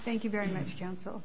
thank you very much john so